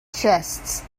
chests